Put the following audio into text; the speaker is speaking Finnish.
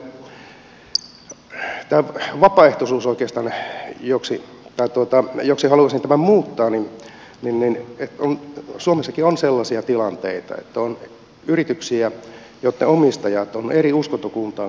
tässä tulee vapaaehtoisuus joksi haluaisin tämän muuttaa suomessakin on sellaisia tilanteita että on yrityksiä joitten omistajat ovat eri uskontokuntaan kuuluvia